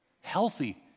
Healthy